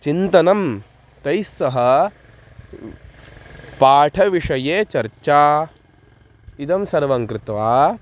चिन्तनं तैः सह पाठविषये चर्चा इदं सर्वं कृत्वा